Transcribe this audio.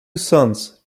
sons